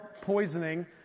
poisoning